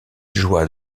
joie